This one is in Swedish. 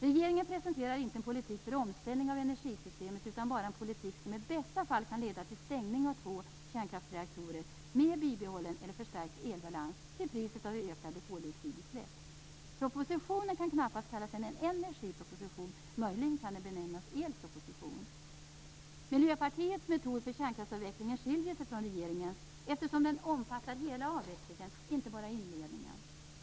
Regeringen presenterar inte en politik för omställning av energisystemet utan bara en politik som i bästa fall kan leda till stängning av två kärnkraftreaktorer med bibehållen eller förstärkt elbalans till priset av ökade koldioxidutsläpp. Propositionen kan knappast kallas en energiproposition. Möjligen kan den benämnas elproposition. Miljöpartiets metod för kärnkraftsavvecklingen skiljer sig från regeringens, eftersom den omfattar hela avvecklingen, inte bara inledningen.